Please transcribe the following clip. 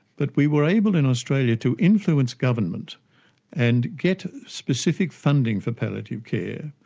but we were able in australia to influence government and get specific funding for palliative care.